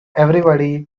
everybody